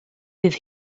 bydd